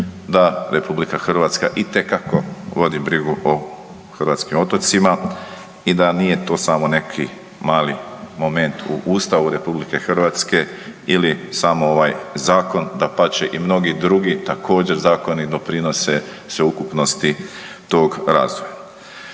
da RH itekako vodi brigu o hrvatskim otocima i da nije to samo neki mali moment u Ustavu RH ili samo ovaj zakon, dapače i mnogi drugi također zakoni doprinose sveukupnosti tog razvoja.